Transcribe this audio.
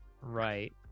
right